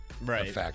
right